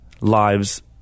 lives